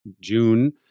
June